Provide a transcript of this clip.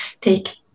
take